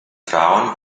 frauen